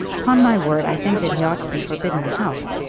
upon my word i think that he ought to be forbidden the house,